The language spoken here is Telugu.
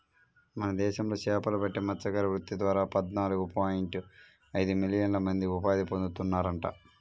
మన దేశంలో చేపలు పట్టే మత్స్యకార వృత్తి ద్వారా పద్నాలుగు పాయింట్ ఐదు మిలియన్ల మంది ఉపాధి పొందుతున్నారంట